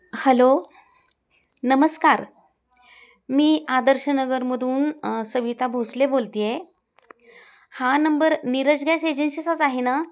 hello नमस्कार मी आदर्शनगरमधून सविता भोसले बोलत आहे हा नंबर नीरज गॅस एजन्सीचाच आहे ना